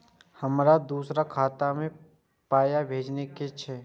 हमरा दोसराक खाता मे पाय भेजे के छै?